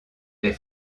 des